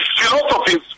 philosophies